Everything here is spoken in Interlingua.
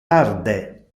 tarde